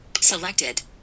Selected